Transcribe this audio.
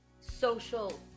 social